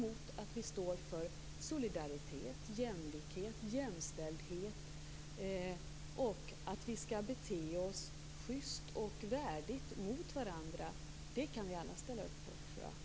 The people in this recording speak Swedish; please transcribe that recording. Att vi står för solidaritet, jämlikhet, jämställdhet och att vi skall bete oss schyst och värdigt mot varandra kan vi däremot alla ställa upp på.